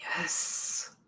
Yes